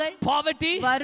poverty